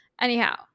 anyhow